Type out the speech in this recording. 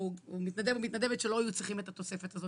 או מתנדב או מתנדבת שלא היו צריכים את התוספת הזאת.